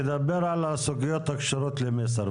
תדבר על הסוגיות שקשורות למסייר.